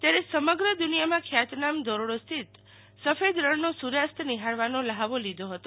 ત્યારે સમગ્ર દુનિયામાં ખ્યાતનામ ધોરડો સ્થિત સફેદ રણનો સૂ ર્યાસ્ત નીહાળવાનો લ્હાવો લીધો હતો